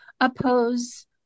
oppose